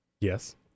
Yes